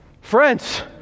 Friends